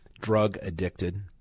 drug-addicted